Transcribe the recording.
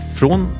från